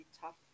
tough